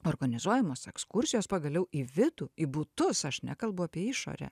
organizuojamos ekskursijos pagaliau į vidų į butus aš nekalbu apie išorę